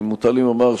אם מותר לי לומר,